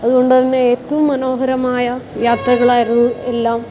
അതുകൊണ്ട് തന്നെ ഏറ്റവും മനോഹരമായ യാത്രകളായിരുന്നു എല്ലാം